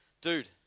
Dude